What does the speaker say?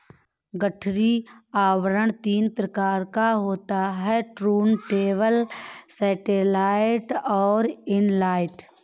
गठरी आवरण तीन प्रकार का होता है टुर्नटेबल, सैटेलाइट और इन लाइन